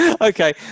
Okay